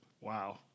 Wow